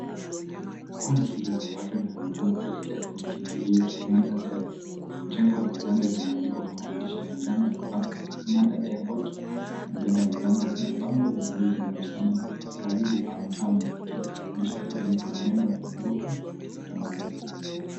Kundi hili la watu linaonekana kuelekea kwenye kiingilio cha Manda Airport. Jengo la uwanja linaandikwa kwa maandishi ya njano ya paa Manda Airport na mbele ya mlango kuna bango la bluu linalosema, Karibu Amu Tamu likiwakaribisha wageni kwa maneno yenye mvuto wa kitamaduni.